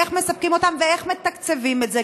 איך מספקים אותם ואיך מתקצבים את זה,